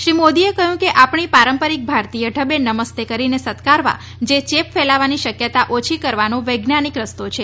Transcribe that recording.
શ્રી મોદીએ કહ્યું કે આપણે પારંપરિક ભારતીય ઢબે નમસ્તે કરીને સત્કારવા જે જે ચેપ ફેલાવાની શક્યતા ઓછી કરવાનો વૈજ્ઞાનિક રસ્તો છે